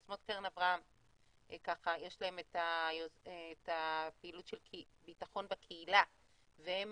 יש להם את הפעילות של ביטחון בקהילה והם